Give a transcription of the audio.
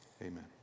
amen